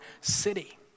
city